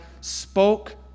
spoke